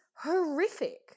horrific